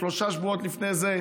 שלושה שבועות לפני זה,